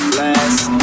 last